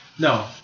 No